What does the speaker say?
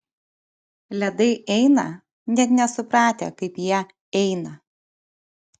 ledai eina net nesupratę kaip jie eina